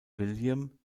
william